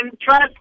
trust